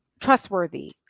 trustworthy